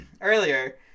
earlier